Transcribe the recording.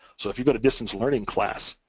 so if you go to distance learning class,